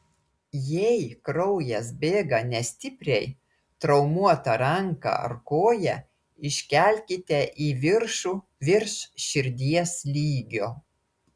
jei kraujas bėga nestipriai traumuotą ranką ar koją iškelkite į viršų virš širdies lygio